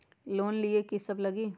Loan लिए की सब लगी?